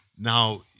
Now